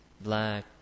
Black